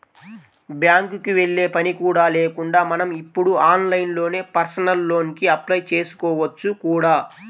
బ్యాంకుకి వెళ్ళే పని కూడా లేకుండా మనం ఇప్పుడు ఆన్లైన్లోనే పర్సనల్ లోన్ కి అప్లై చేసుకోవచ్చు కూడా